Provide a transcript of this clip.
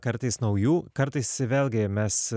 kartais naujų kartais vėlgi mes